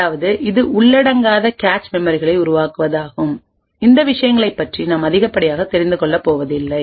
அதாவதுஇது உள்ளடங்காத கேச் மெமரிகளை உருவாக்குவதாகும் இந்த விஷயங்களை பற்றி நாம் அதிகப்படியாக தெரிந்து கொள்ளப் போவதில்லை